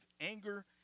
anger